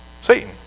Satan